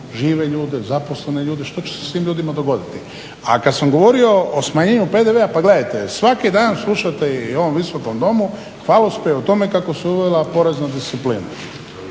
žive ljude, zaposlene ljude, što će se s tim ljudima dogoditi. A kad sam govorio o smanjenju PDV-a pa gledajte svaki dan slušate i u ovom Visokom domu hvalospjev o tome kako se uvela porezna disciplina.